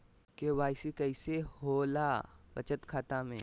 KYC कैसे होला बचत खाता में?